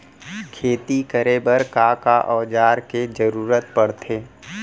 खेती करे बर का का औज़ार के जरूरत पढ़थे?